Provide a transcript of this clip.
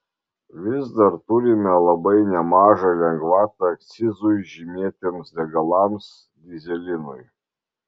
vis dar turime labai nemažą lengvatą akcizui žymėtiems degalams dyzelinui